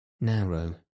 narrow